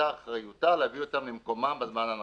באחריותה להביא אותם למקומם בזמן הנכון.